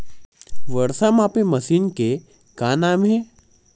वर्षा मापी मशीन के का नाम हे?